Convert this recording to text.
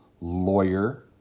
lawyer